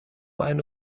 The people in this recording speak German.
eine